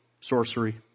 sorcery